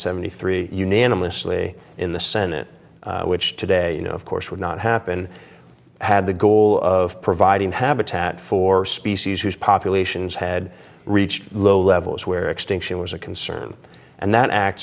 eighty three unanimously in the senate which today you know of course would not happen had the goal of providing habitat for species whose populations had reached low levels where extinction was a concern and that act